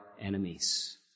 enemies